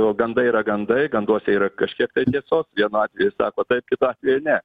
o gandai yra gandai ganduose yra kažkiek tai tiesos vienu atveju sako taip kitu atveju ne